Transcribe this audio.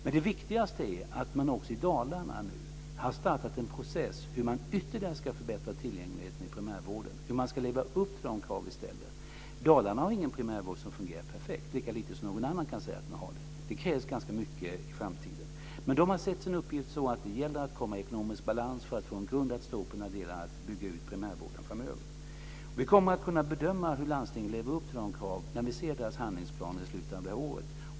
Men det viktigaste är att man också i Dalarna nu har startat en process för att ytterligare förbättra tillgängligheten i primärvården och se hur man ska leva upp till de krav vi ställer. Dalarna har ingen primärvård som fungerar perfekt - lika lite som någon annan kan säga att de har det. Det krävs ganska mycket i framtiden. Men de har sett sin uppgift så att det gäller att komma i ekonomisk balans för att få en grund att stå på när det gäller att bygga ut primärvården framöver. Vi kommer att kunna bedöma hur landstingen lever upp till dessa krav när vi ser deras handlingsplaner i slutet av det här året.